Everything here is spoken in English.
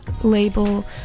label